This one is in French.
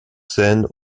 scène